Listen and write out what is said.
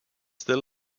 still